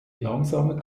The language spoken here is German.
langsame